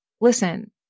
listen